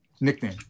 nickname